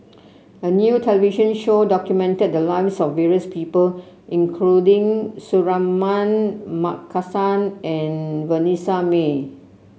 a new television show documented the lives of various people including Suratman Markasan and Vanessa Mae